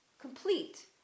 complete